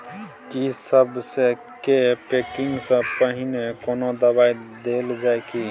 की सबसे के पैकिंग स पहिने कोनो दबाई देल जाव की?